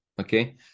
okay